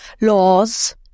laws